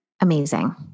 Amazing